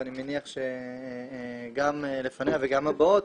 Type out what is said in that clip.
ואני מניח שגם לפניה וגם הבאות,